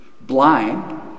blind